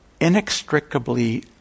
inextricably